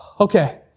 Okay